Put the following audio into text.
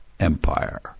empire